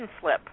slip